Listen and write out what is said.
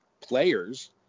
players